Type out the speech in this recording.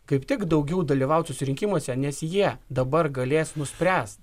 kaip tik daugiau dalyvaut susirinkimuose nes jie dabar galės nuspręst